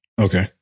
okay